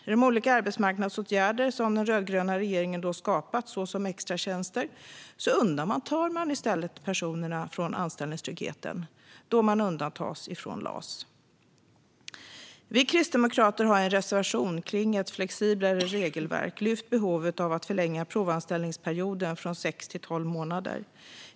I de olika arbetsmarknadsåtgärder som den rödgröna regeringen skapat, såsom extratjänster, undantar man i stället personerna från anställningstryggheten, då de undantas från LAS. Vi kristdemokrater har i en reservation kring ett flexiblare regelverk lyft fram behovet av att förlänga provanställningsperioden från sex till tolv månader.